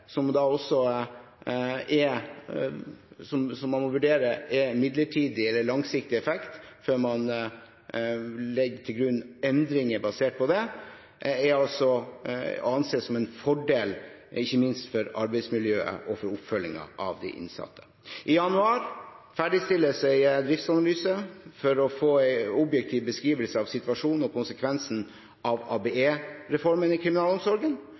man må vurdere midlertidig eller langsiktig effekt før man legger til grunn endringer basert på det – er å anse som en fordel, ikke minst for arbeidsmiljøet og for oppfølgingen av de innsatte. I januar ferdigstilles en driftsanalyse for å få en objektiv beskrivelse av situasjonen og konsekvensene av ABE-reformen i kriminalomsorgen,